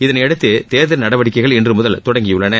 இதனையடுத்து தேர்தல் நடவடிக்கைகள் இன்று முதல் தொடங்கியுள்ளன